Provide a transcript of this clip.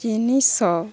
ଜିନିଷ